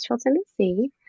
Tennessee